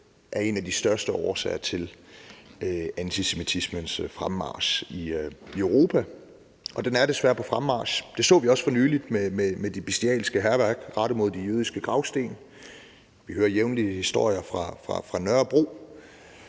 selv en af de største årsager til antisemitismens fremmarch i Europa, og den er desværre på fremmarch. Det så vi også for nylig med det bestialske hærværk rettet mod de jødiske gravsten, vi hører jævnligt historier fra Nørrebro,